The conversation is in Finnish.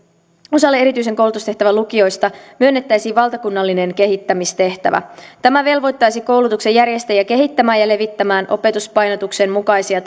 osalle erityisen koulutustehtävän lukioista myönnettäisiin valtakunnallinen kehittämistehtävä tämä velvoittaisi koulutuksenjärjestäjiä kehittämään ja levittämään opetuspainotuksen mukaisia